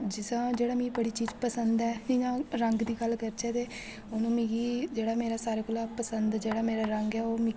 जिस जेह्ड़ा मिगी बड़ी चीज पसन्द ऐ जियां रंग दी गल्ल करचै ते हून मिगी जेह्ड़ा मेरा सारे कोला पसन्द जेह्ड़ा मेरा रंग ऐ ओह् मिगी